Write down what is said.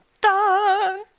dun